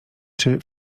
czy